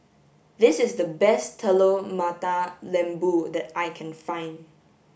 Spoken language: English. this is the best Telur Mata Lembu that I can find